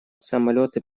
самолеты